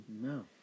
No